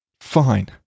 Fine